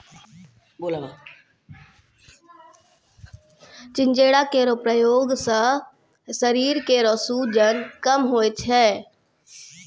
चिंचिड़ा केरो प्रयोग सें शरीर केरो सूजन कम होय छै